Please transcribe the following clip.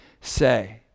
say